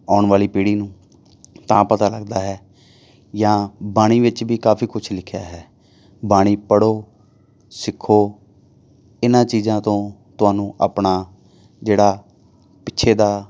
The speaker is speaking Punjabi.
ਆਉਣ ਵਾਲੀ ਪੀੜ੍ਹੀ ਨੂੰ ਤਾਂ ਪਤਾ ਲੱਗਦਾ ਹੈ ਜਾਂ ਬਾਣੀ ਵਿੱਚ ਵੀ ਕਾਫੀ ਕੁਛ ਲਿਖਿਆ ਹੈ ਬਾਣੀ ਪੜ੍ਹੋ ਸਿੱਖੋ ਇਹਨਾਂ ਚੀਜ਼ਾਂ ਤੋਂ ਤੁਹਾਨੂੰ ਆਪਣਾ ਜਿਹੜਾ ਪਿੱਛੇ ਦਾ